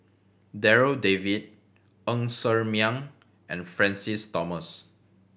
Darryl David Ng Ser Miang and Francis Thomas